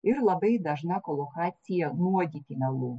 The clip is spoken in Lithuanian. ir labai dažna kolokacija nuodyti melu